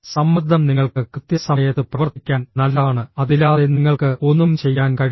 സമ്മർദ്ദം നിങ്ങൾക്ക് കൃത്യസമയത്ത് പ്രവർത്തിക്കാൻ നല്ലതാണ് അതില്ലാതെ നിങ്ങൾക്ക് ഒന്നും ചെയ്യാൻ കഴിയില്ല